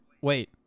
Wait